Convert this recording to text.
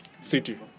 City